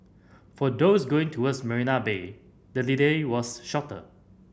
for those going towards Marina Bay the delay was shorter